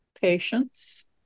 patients